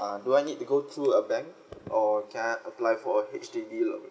uh do I need to go through a bank or can I apply for a H_D_B loan